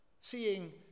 seeing